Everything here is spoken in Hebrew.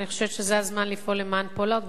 אבל אני חושבת שזה הזמן לפעול למען פולארד.